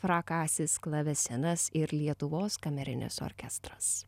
frakasis klavesinas ir lietuvos kamerinis orkestras